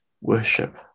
worship